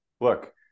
look